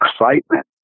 excitement